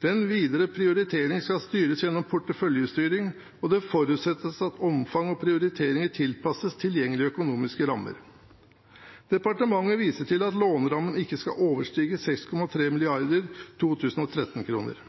Den videre prioriteringen skal styres gjennom porteføljestyring, og det forutsettes at omfang og prioriteringer tilpasses tilgjengelige økonomiske rammer. Departementet viser til at lånerammen ikke skal overstige 6,3 mrd. 2013-kroner.